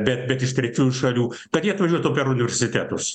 bet bet iš trečiųjų šalių kad jie atvažiuotų per universitetus